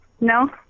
No